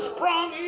Sprung